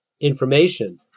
information